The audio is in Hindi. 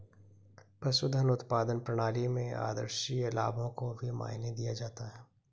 पशुधन उत्पादन प्रणाली में आद्रशिया लाभों को भी मायने दिया जाता है